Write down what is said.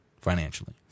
financially